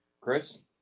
Chris